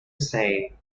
say